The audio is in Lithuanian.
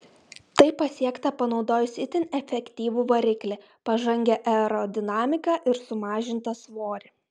tai pasiekta panaudojus itin efektyvų variklį pažangią aerodinamiką ir sumažintą svorį